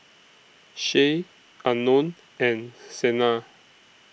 Shay Unknown and Sena